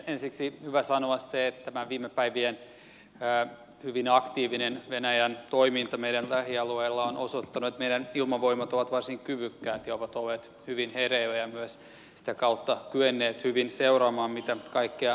ensiksi on hyvä sanoa se että tämä viime päivien hyvin aktiivinen venäjän toiminta meidän lähialueellamme on osoittanut että meidän ilmavoimat ovat varsin kyvykkäät ja ovat olleet hyvin hereillä ja sitä kautta myös kyenneet hyvin seuraamaan mitä kaikkea tapahtuu